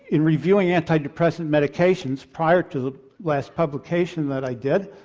in reviewing antidepressant medications prior to the last publication that i did,